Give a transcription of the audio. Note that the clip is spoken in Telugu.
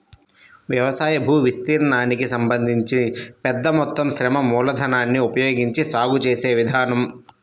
వ్యవసాయ భూవిస్తీర్ణానికి సంబంధించి పెద్ద మొత్తం శ్రమ మూలధనాన్ని ఉపయోగించి సాగు చేసే విధానం